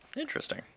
Interesting